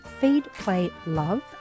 feedplaylove